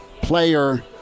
player